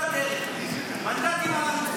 עוד לא הגיע הזמן.